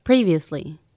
previously